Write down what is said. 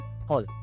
Hall